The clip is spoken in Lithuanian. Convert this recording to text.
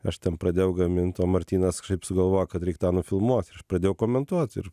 aš ten pradėjau gamint o martynas kažkaip sugalvojo kad reik tą nufilmuot ir aš pradėjau komentuot ir